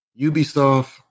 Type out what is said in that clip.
ubisoft